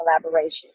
collaboration